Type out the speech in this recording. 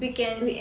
weekend